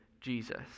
Jesus